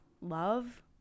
love